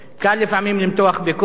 קל לפעמים למתוח ביקורת,